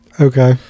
Okay